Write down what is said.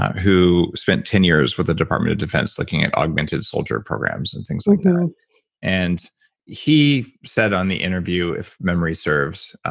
who spent ten years with the department of defense looking at augmented soldier programs and things like that and he said on the interview, if memory serves,